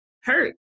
hurt